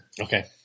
Okay